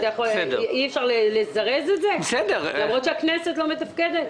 אי אפשר לזרז את זה למרות שהכנסת לא מתפקדת?